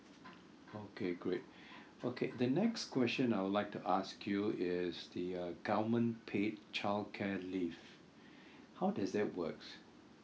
okay great okay the next question I would like to ask you is the uh government paid childcare leave how does that works